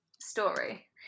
story